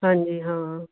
ਹਾਂਜੀ ਹਾਂ